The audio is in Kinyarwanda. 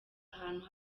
ahantu